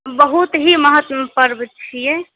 बहुत ही महत्व पर्व छियै